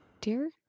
dear